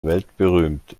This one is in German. weltberühmt